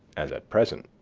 as at present.